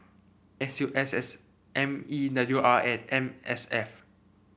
S U S S M E W R and M S F